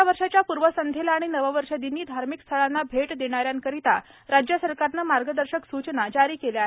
नव्या वर्षाच्या पूर्वसंध्येला आणि नववर्षदिनी धार्मिक स्थळांना भेट देणाऱ्यांकरता राज्य सरकारनं मार्गदर्शक सूचना जारी केल्या आहेत